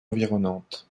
environnantes